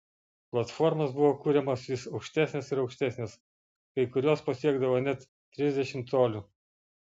platformos buvo kuriamos vis aukštesnės ir aukštesnės kai kurios pasiekdavo net trisdešimt colių